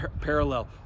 parallel